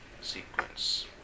sequence